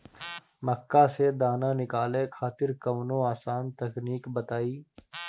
मक्का से दाना निकाले खातिर कवनो आसान तकनीक बताईं?